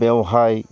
बेवहाय